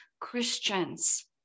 Christians